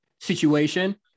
situation